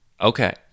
Okay